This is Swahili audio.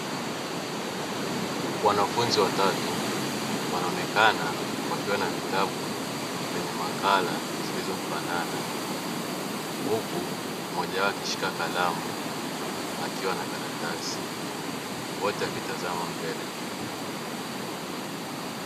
Wanafunzi watatu wanaonekana wakiwa na vitabu vyenye makala zilizofanana huku mmoja wao akishika kalamu akiwa na karatasi wote wakitazama mbele.